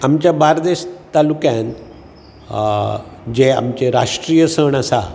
आमच्या बारदेज तालुक्यांत जे आमचे राष्ट्रीय सण आसा